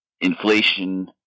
inflation